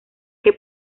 que